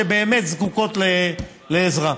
שבאמת זקוקות לעזרה.